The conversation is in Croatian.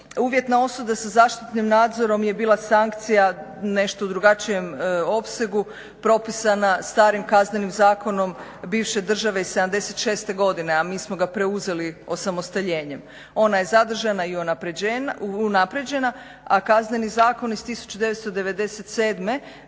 uvjetne osude sa zaštitnim nadzorom je bila sankcija u nešto drugačijem opsegu, propisana starim Kaznenim zakonom bivše države iz 76. godine a mi smo ga preuzeli osamostaljenjem. Ona je zadržana i unaprjeđena a Kazneni zakon iz 1997. je